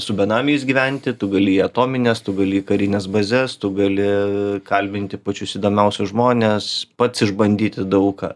su benamiais gyventi tu gali į atomines tu gali į karines bazes tu gali kalbinti pačius įdomiausius žmones pats išbandyti daug ką